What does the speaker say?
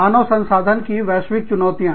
मानव संसाधन की वैश्विक चुनौतियाँ